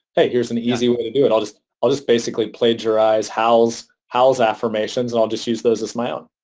hey, here's an easy way to do it. i'll just i'll just basically plagiarize hal's hal's affirmations and i'll just use those as my own.